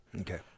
Okay